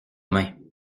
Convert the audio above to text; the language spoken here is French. mains